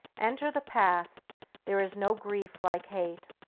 enter the path there is no grief like hate,